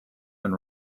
and